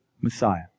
Messiah